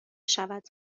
شود